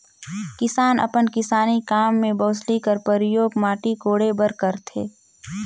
किसान अपन किसानी काम मे बउसली कर परियोग माटी कोड़े बर करथे